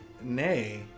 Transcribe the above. Nay